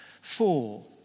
Four